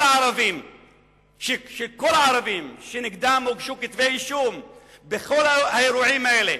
הערבים שהוגשו נגדם כתבי אישום בכל האירועים האלה